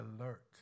alert